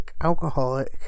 alcoholic